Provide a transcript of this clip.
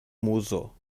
muzo